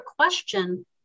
question